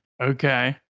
Okay